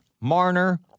Marner